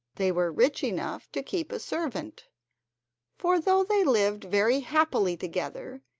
they were rich enough to keep a servant for though they lived very happily together,